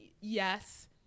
yes